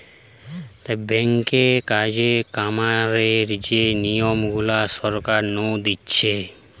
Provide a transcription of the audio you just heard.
ব্যাঙ্কে কাজ কামের যে নিয়ম গুলা সরকার নু দিতেছে